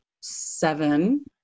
seven